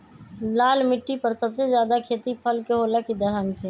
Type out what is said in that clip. लाल मिट्टी पर सबसे ज्यादा खेती फल के होला की दलहन के?